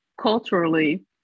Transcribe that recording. culturally